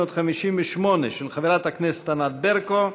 558, של חברת הכנסת ענת ברקו: